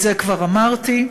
של נושה חייב, את זה כבר אמרתי.